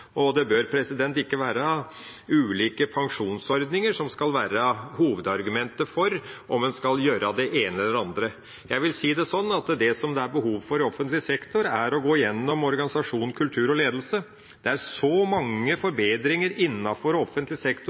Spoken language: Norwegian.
Og det bør ikke være ulike pensjonsordninger som skal være hovedargumentet for om en skal gjøre det ene eller det andre. Jeg vil si det sånn at det som det er behov for i offentlig sektor, er å gå gjennom organisasjon, kultur og ledelse. Det er så mange forbedringsmuligheter innenfor offentlig sektor